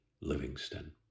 Livingston